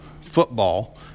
football